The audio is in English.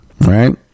right